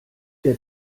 der